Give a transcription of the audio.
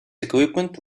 equipment